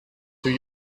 too